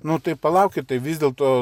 nu tai palaukit tai vis dėlto